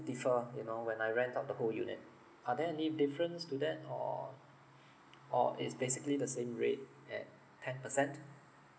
differ you know when I rent out the whole unit are there any difference to that or or it's basically the same rate at ten percent